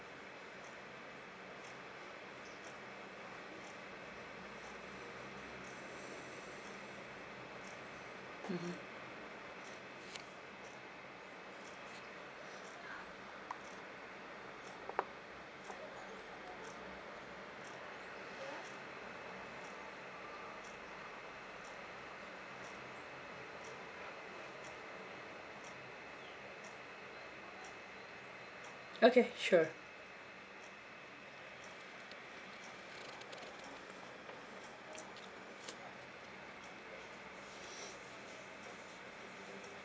mmhmm okay sure